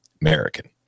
American